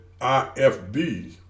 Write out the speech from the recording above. IFB